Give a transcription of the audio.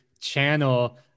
channel